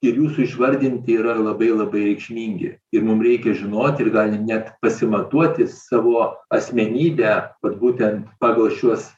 ir jūsų išvardinti yra labai labai reikšmingi ir mum reikia žinoti ir gali net pasimatuoti savo asmenybę vat būtent pagal šiuos